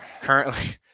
Currently